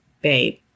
babe